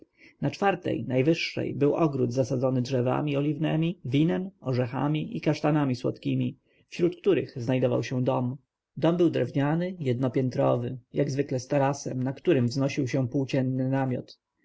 na czwartej najwyższej był ogród zasadzony drzewami oliwnemi winem orzechami i kasztanami słodkiemi wśród których znajdował się dom dom był drewniany jednopiętrowy jak zwykle z tarasem nad którym wznosił się płócienny namiot